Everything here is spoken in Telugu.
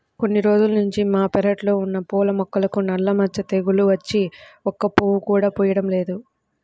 కొన్ని రోజుల్నుంచి మా పెరడ్లో ఉన్న పూల మొక్కలకు నల్ల మచ్చ తెగులు వచ్చి ఒక్క పువ్వు కూడా పుయ్యడం లేదు